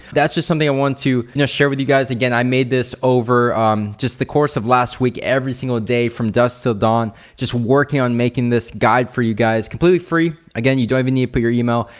that's just something i wanted to you know share with you guys. again, i made this over um just the course of last week every single day from dusk til dawn just working on making this guide for you guys completely free. again, you don't even need to put your email.